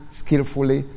skillfully